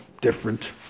different